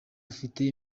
afite